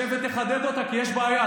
אז משה, תשב ותחדד אותה, כי יש בעיה.